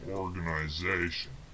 organization